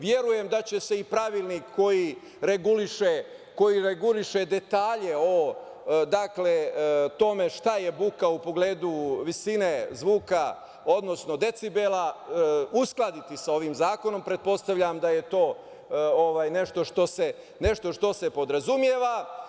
Verujem da će se i pravnik koji reguliše detalje o tome šta je buka u pogledu visine zvuka, odnosno decibela uskladiti sa ovim zakonom, pretpostavljam da je to nešto što se podrazumeva.